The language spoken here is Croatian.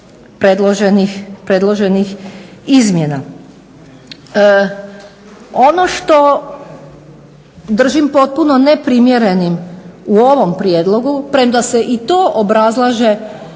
predloženih izmjena. Ono što držim potpuno neprimjerenim u ovom prijedlogu, premda se i to obrazlaže